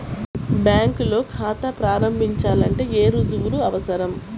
బ్యాంకులో ఖాతా ప్రారంభించాలంటే ఏ రుజువులు అవసరం?